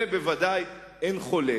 על זה ודאי אין חולק.